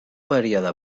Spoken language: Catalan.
període